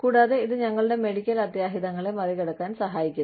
കൂടാതെ ഇത് ഞങ്ങളുടെ മെഡിക്കൽ അത്യാഹിതങ്ങളെ മറികടക്കാൻ സഹായിക്കുന്നു